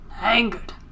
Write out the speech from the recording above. Angered